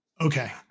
Okay